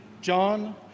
John